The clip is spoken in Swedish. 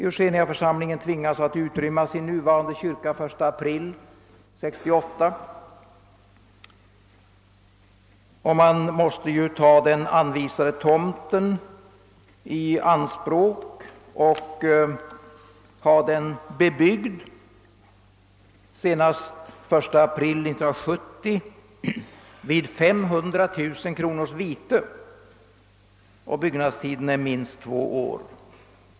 Eugeniaförsamlingen tvingas utrymma sin nuvarande kyrka i april 1968 och man måste ju ta den anvisade tomten i anspråk och ha den bebyggd senast den 1 april 1970, vid 500 000 kronors vite. Byggnadstiden är minst två år.